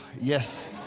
yes